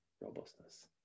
robustness